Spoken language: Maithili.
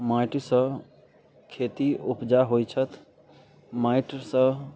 माटिसँ खेती उपजा होइ छथि माटिसँ